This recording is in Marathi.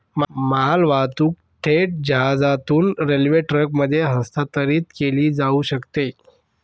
मालवाहतूक थेट जहाजातून रेल्वे ट्रकमध्ये हस्तांतरित केली जाऊ शकते